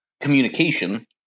communication